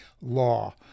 law